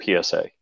PSA